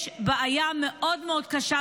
יש בעיה מאוד מאד קשה,